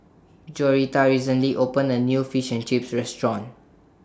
Joretta recently opened A New Fish and Chips Restaurant